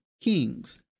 kings